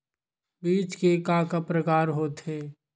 बीज के का का प्रकार होथे?